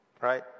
Right